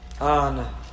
on